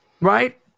Right